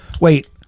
Wait